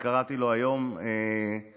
אני קראתי לו היום בצוהריים,